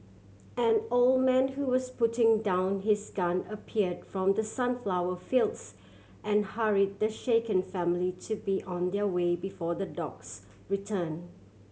an old man who was putting down his gun appeared from the sunflower fields and hurry the shaken family to be on their way before the dogs return